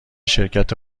شرکت